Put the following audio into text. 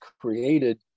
created